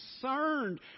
concerned